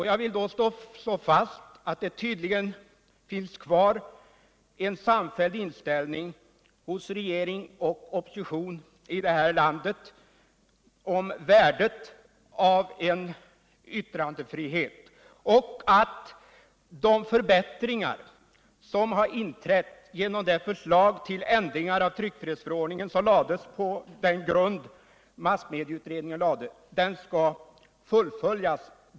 Jag vill därför slå fast att det finns en samfälld positiv inställning hos regering och opposition i det här landet när det gäller värdet av en yttrandefrihet liksom att arbetet med de förbättringar härvidlag som infördes på basis av de förslag till ändringar av tryckfrihetsförordningen som massmedieutredningen kom fram till skall fullföljas.